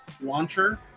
launcher